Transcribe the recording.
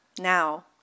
now